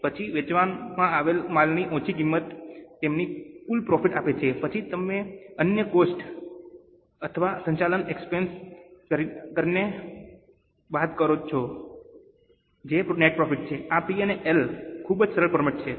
પછી વેચવામાં આવેલ માલની ઓછી કિંમત તમને કુલ પ્રોફિટ આપે છે પછી તમે અન્ય કોસ્ટ ાઓ અથવા સંચાલન એક્સપેન્સ કરને બાદ કરો છો જે નેટ પ્રોફિટ છે આ P અને L નું ખૂબ જ સરળ ફોર્મેટ છે